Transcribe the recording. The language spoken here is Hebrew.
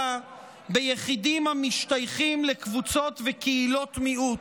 ביחידים המשתייכים לקבוצות וקהילות מיעוט.